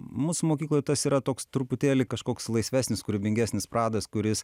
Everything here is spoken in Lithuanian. mūsų mokykloj tas yra toks truputėlį kažkoks laisvesnis kūrybingesnis pradas kuris